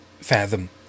fathom